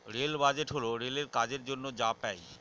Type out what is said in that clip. rail budget হল রেলের কাজের জন্য যা পাই